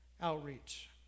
outreach